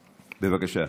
בבקשה.